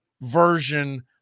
version